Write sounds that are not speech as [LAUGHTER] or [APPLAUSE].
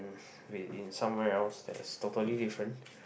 [BREATH] wait in somewhere else that is totally different